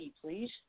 please